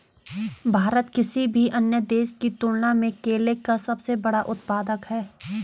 भारत किसी भी अन्य देश की तुलना में केले का सबसे बड़ा उत्पादक है